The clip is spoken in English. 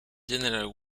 general